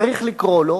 צריך לקרוא לו,